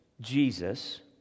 Jesus